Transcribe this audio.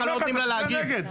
לא נותנים לה נגד.